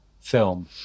film